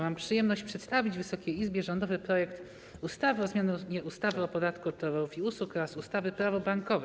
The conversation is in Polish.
Mam przyjemność przedstawić Wysokiej Izbie rządowy projekt ustawy o zmianie ustawy o podatku od towarów i usług oraz ustawy - Prawo bankowe.